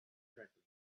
threatening